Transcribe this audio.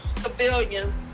civilians